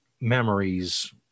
memories